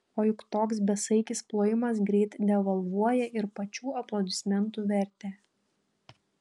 o juk toks besaikis plojimas greit devalvuoja ir pačių aplodismentų vertę